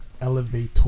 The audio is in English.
elevator